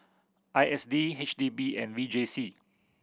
I S D H D B and V J C